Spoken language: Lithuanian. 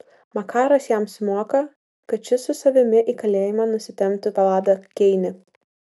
makaras jam sumoka kad šis su savimi į kalėjimą nusitemptų vladą keinį